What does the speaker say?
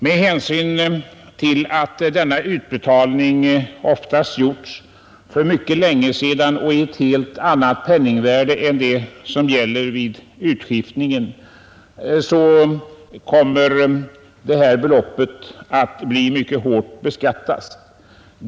Med hänsyn till att denna utbetalning oftast gjorts för mycket länge sedan, och i ett helt annat penningvärde än det som gäller vid utskiftningen, kommer det aktuella beloppet att bli mycket hårt beskattat.